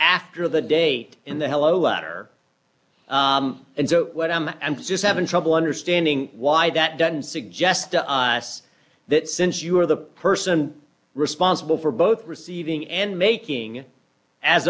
after the date in the hello under what i'm just having trouble understanding why that doesn't suggest to us that since you are the person responsible for both receiving and making as